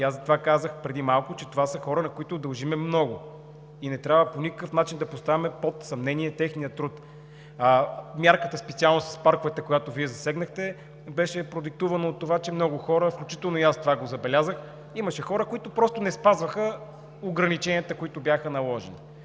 И аз затова преди малко казах, че това са хора, на които дължим много, и не трябва по никакъв начин да поставяме под съмнение техният труд. Специално мярката с парковете, която Вие засегнахте, беше продиктувана от това, че много хора, включително и аз това забелязах – имаше хора, които просто не спазваха ограниченията, които бяха наложени.